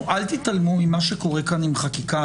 אל תתעלמו ממה שקורה כאן עם חקיקה,